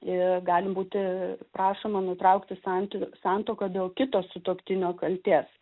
ir gali būti prašoma nutraukti santykio santuoką dėl kito sutuoktinio kaltės